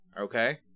Okay